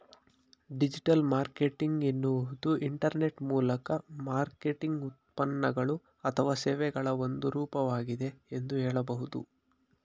digital marketing ಎನ್ನುವುದು internet ಮೂಲಕ marketing ಉತ್ಪನ್ನಗಳು ಅಥವಾ ಸೇವೆಗಳ ಒಂದು ರೂಪವಾಗಿದೆ ಎಂದು ಹೇಳಬಹುದು